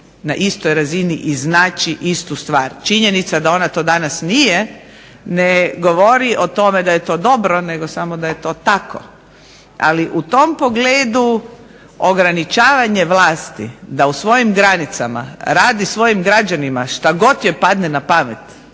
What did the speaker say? na istoj razini i znači istu stvar. Činjenica da ona to danas nije ne govori o tome da je to dobro, nego samo da je to tako. Ali u tom pogledu ograničavanje vlasti da u svojim granicama radi svojim građanima šta god joj padne na pamet